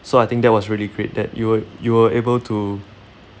so I think that was really great that you were you were able to